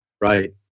right